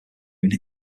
moon